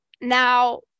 now